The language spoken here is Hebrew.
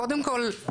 קודם כל,